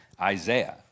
Isaiah